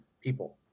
people